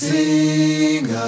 Sing